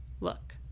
Look